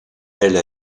elle